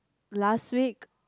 last week